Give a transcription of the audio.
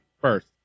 first